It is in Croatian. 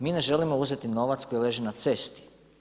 Mi ne želimo uzeti novac koji leži na cesti.